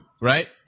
right